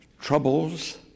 Troubles